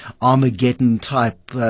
Armageddon-type